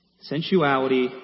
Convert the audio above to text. Sensuality